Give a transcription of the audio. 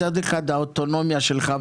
מצד אחד האוטונומיה שלך,